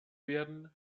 werden